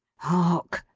hark.